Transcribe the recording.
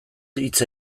hitz